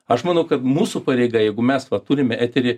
aš manau kad mūsų pareiga jeigu mes va turime eterį